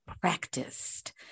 practiced